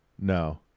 No